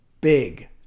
Big